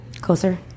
closer